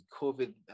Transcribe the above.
covid